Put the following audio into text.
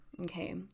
okay